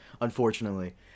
unfortunately